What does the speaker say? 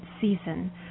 season